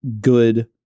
good